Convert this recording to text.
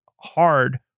hard